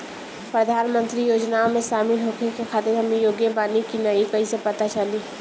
प्रधान मंत्री योजनओं में शामिल होखे के खातिर हम योग्य बानी ई कईसे पता चली?